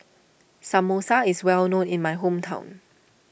Samosa is well known in my hometown